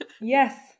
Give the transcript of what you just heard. Yes